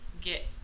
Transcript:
get